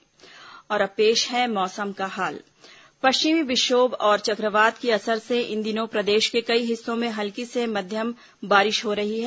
मौसम और अब पेश है मौसम का हाल पश्चिमी विक्षोभ और चक्रवात के असर से इन दिनों प्रदेश के कई हिस्सों में हल्की से मध्यम बारिश हो रही है